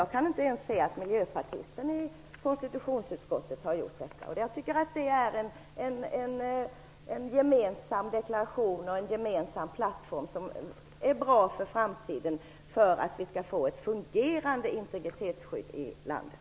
Jag kan inte se att ens miljöpartisten i konstitutionsutskottet har reserverat sig. Jag tycker att det är en gemensam deklaration och en gemensam plattform som är bra för framtiden för att vi skall få ett fungerande integritetsskydd i landet.